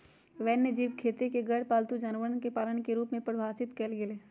वन्यजीव खेती के गैरपालतू जानवरवन के पालन के रूप में परिभाषित कइल गैले है